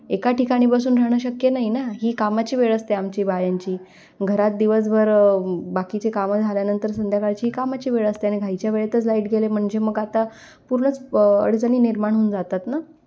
एका ठिकाणी बसून राहणं शक्य नाही ना ही कामाची वेळ असते आमची बायांची घरात दिवसभर बाकीचे कामं झाल्यानंतर संध्याकाळची ही कामाची वेळ असते आणि घाईच्या वेळेतच लाईट गेले म्हणजे मग आता पूर्णच अडचणी निर्माण होऊन जातात ना